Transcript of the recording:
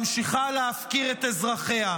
ממשיכה להפקיר את אזרחיה.